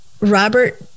Robert